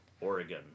Oregon